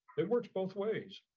it works both ways.